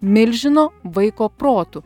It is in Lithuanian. milžino vaiko protu